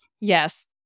Yes